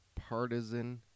partisan